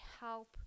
help